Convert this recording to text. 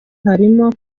harimo